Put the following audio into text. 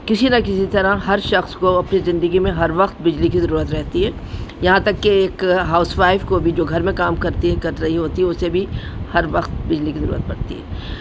کسی نہ کسی طرح ہر شخص کو اپنی زندگی میں ہر وقت بجلی کی ضرورت رہتی ہے یہاں تک کہ ایک ہاؤس وائف کو بھی جو گھر میں کام کرتی ہے کر رہی ہوتی ہے اسے بھی ہر وقت بجلی کی ضرورت پڑتی ہے